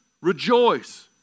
Rejoice